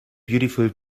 beautiful